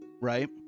right